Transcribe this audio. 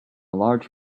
large